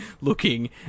looking